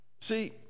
See